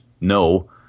no